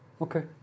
Okay